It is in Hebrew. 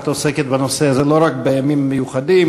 את עוסקת בנושא הזה לא רק בימים מיוחדים,